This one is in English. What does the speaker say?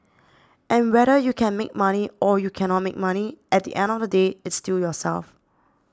and whether you can make money or you cannot make money at the end of the day it's still yourself